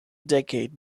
decade